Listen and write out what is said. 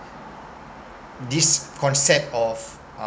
this concept of